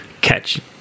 catch